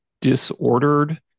disordered